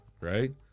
right